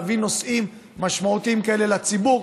בהבאת נושאים משמעותיים כאלה לציבור.